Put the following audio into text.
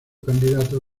candidato